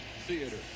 theater